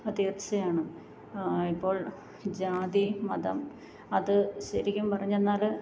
അത് തീർച്ചയാണ് ഇപ്പോൾ ജാതിയും മതം അത് ശരിക്കും പറഞ്ഞു വന്നാൽ